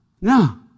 no